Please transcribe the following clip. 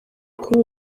kuri